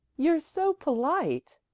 you're so polite,